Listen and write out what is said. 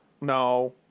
no